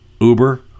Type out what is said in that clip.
Uber